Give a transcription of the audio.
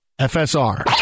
FSR